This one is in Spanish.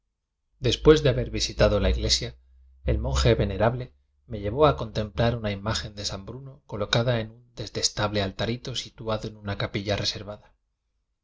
después de haber visitado la iglesia el monje venerable me llevó a contemplar una imagen de san bruno colocada en un de testable alfarifo situado en una capilla reser